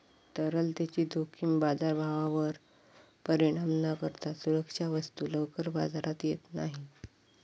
तरलतेची जोखीम बाजारभावावर परिणाम न करता सुरक्षा वस्तू लवकर बाजारात येत नाही